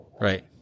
right